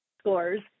scores